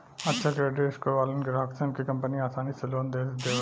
अच्छा credit score वालन ग्राहकसन के कंपनि आसानी से लोन दे देवेले